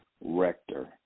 Rector